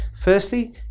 Firstly